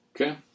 Okay